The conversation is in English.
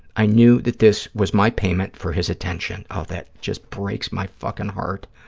i knew that this was my payment for his attention. oh, that just breaks my fucking heart.